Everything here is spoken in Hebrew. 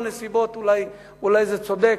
בנסיבות אולי זה צודק,